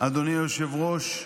אדוני היושב-ראש,